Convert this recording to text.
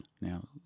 Now